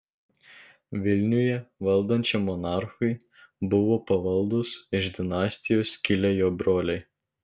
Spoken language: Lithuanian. vilniuje valdančiam monarchui buvo pavaldūs iš dinastijos kilę jo broliai